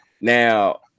Now